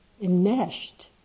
enmeshed